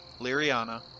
Liriana